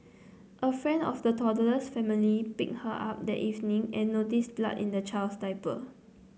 a friend of the toddler's family picked her up that evening and noticed blood in the child's diaper